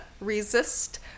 resist